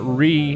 re